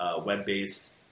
web-based